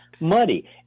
muddy